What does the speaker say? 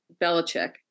Belichick